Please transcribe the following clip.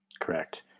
Correct